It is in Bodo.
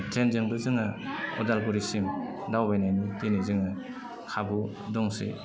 ट्रेनजोंबो जोङो उदालगुरिसिम दावबायनायनि दिनै जोङो खाबु दंसै